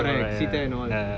Ramayana ya